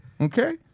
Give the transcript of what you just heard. Okay